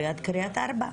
ליד קריית ארבע.